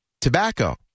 tobacco